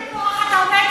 אתה בא בטענה אלינו,